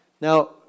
Now